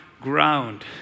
ground